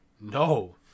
No